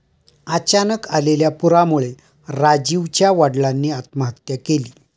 अचानक आलेल्या पुरामुळे राजीवच्या वडिलांनी आत्महत्या केली